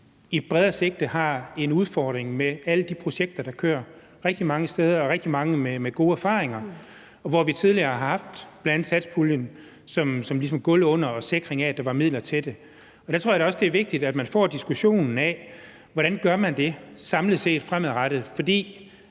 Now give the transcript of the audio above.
et bredere perspektiv har en udfordring med alle de projekter, der kører rigtig mange steder – og rigtig mange med gode erfaringer – og hvor vi tidligere har haft bl.a. satspuljen som ligesom et gulv under og en sikring af, at der var midler til det, og der tror jeg da også, det er vigtigt, at man får diskussionen af, hvordan man gør det samlet set og fremadrettet. For i